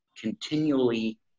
continually